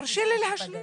תרשי לי להשלים.